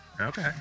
Okay